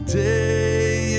day